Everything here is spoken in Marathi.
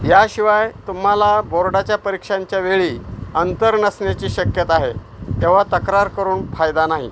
याशिवाय तुम्हाला बोर्डाच्या परीक्षांच्या वेळी अंतर नसण्याची शक्यता आहे तेव्हा तक्रार करून फायदा नाही